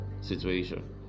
situation